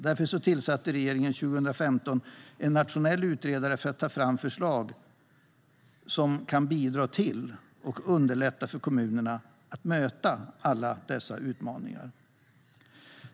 Därför tillsatte regeringen 2015 en nationell utredare för att ta fram förslag som kan bidra till, och underlätta för kommunerna, att möta alla dessa utmaningar.